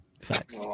facts